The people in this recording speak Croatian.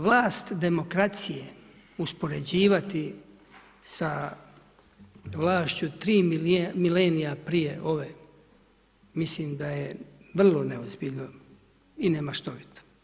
Vlast demokracije uspoređivati sa vlašću 3 milenije prije ove mislim da je vrlo neozbiljno i nemaštovite.